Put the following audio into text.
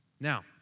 Now